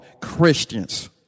Christians